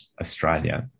Australia